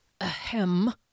Ahem